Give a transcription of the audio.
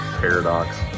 paradox